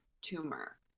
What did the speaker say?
tumor